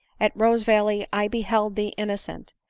at rosevalley i beheld thee innocent,